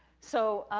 so,